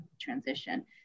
transition